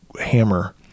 Hammer